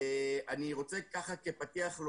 כפתיח,